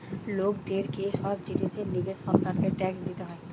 লোকদের কে সব জিনিসের লিগে সরকারকে ট্যাক্স দিতে হয়